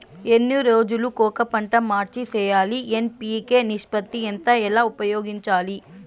ఎన్ని రోజులు కొక పంట మార్చి సేయాలి ఎన్.పి.కె నిష్పత్తి ఎంత ఎలా ఉపయోగించాలి?